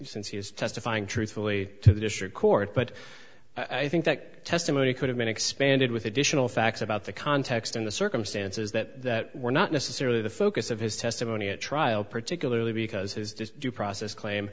since he is testifying truthfully to the district court but i think that testimony could have been expanded with additional facts about the context in the circumstances that were not necessarily the focus of his testimony at trial particularly because his due process claim